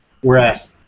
Whereas